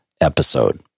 episode